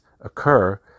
occur